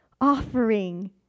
offering